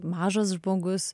mažas žmogus